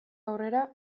aurrera